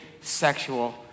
sexual